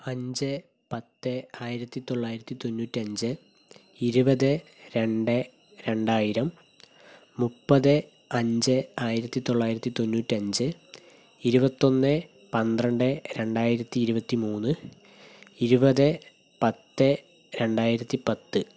അഞ്ച് പത്ത് ആയിരത്തിത്തൊള്ളായിരത്തി തൊണ്ണൂറ്റഞ്ച് ഇരുപത് രണ്ട് രണ്ടായിരം മുപ്പത് അഞ്ച് ആയിരത്തിത്തൊള്ളായിരത്തി തൊണ്ണൂറ്റഞ്ച് ഇരുപത്തൊന്ന് പന്ത്രണ്ട് രണ്ടായിരത്തി ഇരുപത്തിമൂന്ന് ഇരുവത് പത്ത് രണ്ടായിരത്തിപ്പത്ത്